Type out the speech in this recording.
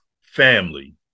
family